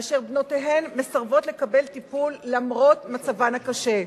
אשר בנותיהן מסרבות לקבל טיפול למרות מצבן הקשה.